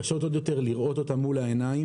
קשות עוד יותר לראות אותן מול העיניים,